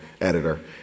editor